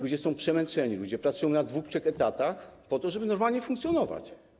Ludzie są przemęczeni, ludzie pracują na dwóch, trzech etatach po to, żeby normalnie funkcjonować.